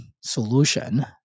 solution